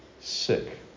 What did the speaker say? sick